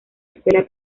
escuela